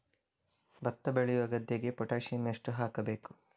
ಭತ್ತ ಬೆಳೆಯುವ ಗದ್ದೆಗೆ ಪೊಟ್ಯಾಸಿಯಂ ಎಷ್ಟು ಹಾಕಬೇಕು?